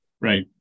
Right